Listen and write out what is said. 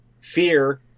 fear